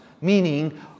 Meaning